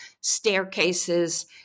staircases